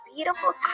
beautiful